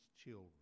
children